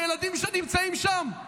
הילדים שנמצאים שם?